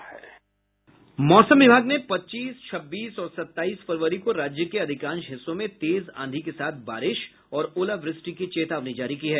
मौसम विभाग ने पच्चीस छब्बीस और सताईस फरवरी को राज्य के अधिकांश हिस्सों में तेज आंधी के साथ बारिश और ओलावृष्टि की चेतावनी जारी की है